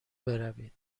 بروید